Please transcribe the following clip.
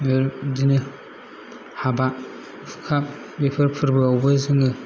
बिदिनो हाबा हुखा बेफोर फोरबो आवबो जोङो